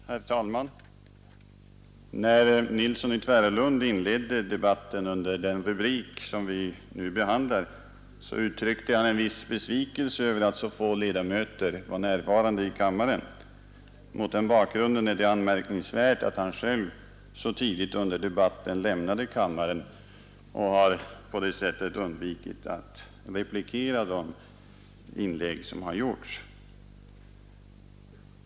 Herr talman! När herr Nilsson i Tvärålund inledde debatten om arbetsmarknadsoch regionpolitiken uttryckte han en viss besvikelse över att så få ledamöter var närvarande i kammaren. Mot den bakgrunden är det anmärkningsvärt att han själv så tidigt under debatten lämnade kammaren och på det sättet undvek att replikera de inlägg som har gjorts.